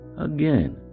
Again